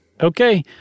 Okay